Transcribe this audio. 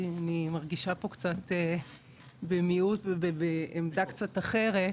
כי אני מרגישה פה קצת במיעוט ובעמדה קצת אחרת.